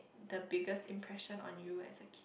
the biggest impression on you as a kid